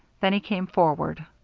then he came forward.